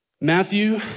Matthew